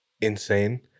insane